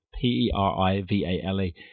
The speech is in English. P-E-R-I-V-A-L-E